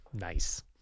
nice